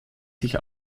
sich